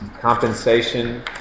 compensation